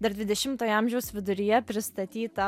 dar dvidešimtojo amžiaus viduryje pristatytą